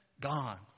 gone